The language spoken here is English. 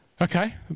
Okay